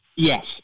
Yes